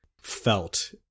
felt